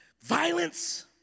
violence